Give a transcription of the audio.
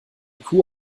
kuh